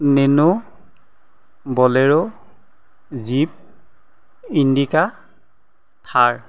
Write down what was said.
nano bolero jeep Indica Thar